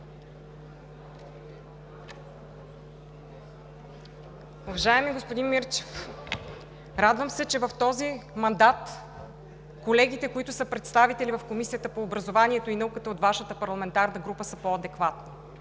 Уважаеми господин Мирчев! Радвам се, че в този мандат колегите, които са представители в Комисията по образованието и науката от Вашата парламентарна група, са по-адекватни.